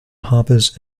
harbors